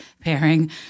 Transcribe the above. pairing